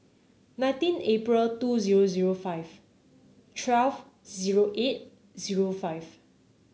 nineteen April two zero zero five twelve zero eight zero five